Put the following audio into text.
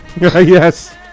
Yes